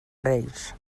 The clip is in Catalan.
reis